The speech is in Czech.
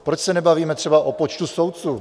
Proč se nebavíme třeba o počtu soudců?